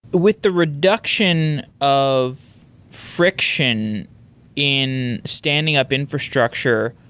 but with the reduction of friction in standing up infrastructure,